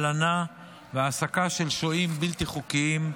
הלנה והעסקה של שוהים בלתי חוקיים),